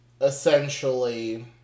essentially